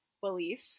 belief